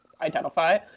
identify